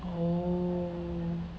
oh